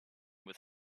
with